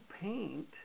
paint